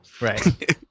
Right